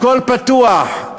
הכול פתוח.